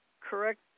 correct